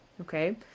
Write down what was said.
okay